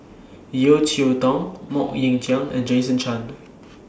Yeo Cheow Tong Mok Ying Jang and Jason Chan